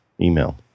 email